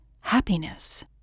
happiness